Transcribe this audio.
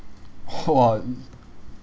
!wah!